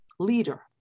Leader